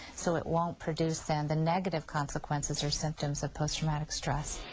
so it won't produce then the negative consequences or symptoms of post traumatic stress.